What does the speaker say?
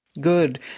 Good